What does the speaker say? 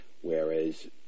whereas